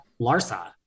Larsa